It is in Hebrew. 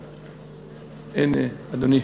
אדוני?